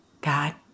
God